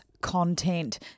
content